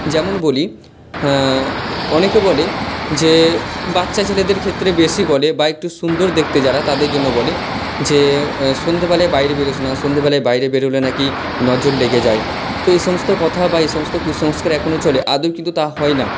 যেমন বলি অনেকে বলে যে বাচ্চা ছেলেদের ক্ষেত্রে বেশি বলে বা একটু সুন্দর দেখতে যারা তাদের জন্য বলে যে সন্ধেবেলায় বাইরে বেরোস না সন্ধেবেলায় বাইরে বেরোলে না কি নজর লেগে যায় তো এই সমস্ত কথা বা এই সমস্ত কুসংস্কার এখনও চলে আদৌ কিন্তু তা হয় না